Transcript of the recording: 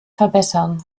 verbessern